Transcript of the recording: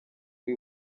uri